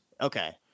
Okay